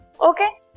Okay